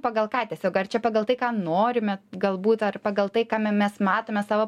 pagal ką tiesiog ar čia pagal tai ką norime galbūt ar pagal tai kame mes matome savo